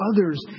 others